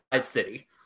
city